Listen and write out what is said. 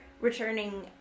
returning